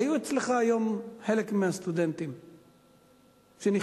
היו אצלך היום חלק מהסטודנטים שנכשלו,